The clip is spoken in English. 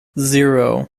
zero